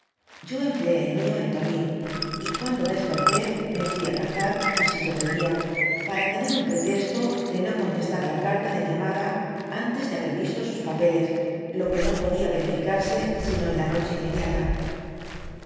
yo empleé el mió en dormir j cuando desperté me fui á cazar casi todo el dia para tener im pretesto de no ccmtestar la caita de mi amada antes de haber yisto sus pápele lo que no podia vmfícarse sino en la noche inmediata